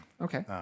Okay